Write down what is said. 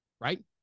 right